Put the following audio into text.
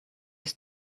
his